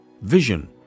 Vision